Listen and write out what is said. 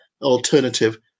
alternative